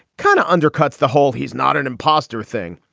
kind of undercuts the whole he's not an imposter thing.